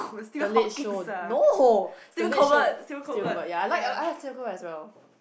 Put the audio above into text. the Late Show no the Late Show Stephen-Colbert ya I like I like Stephen-Colbert as well